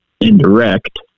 indirect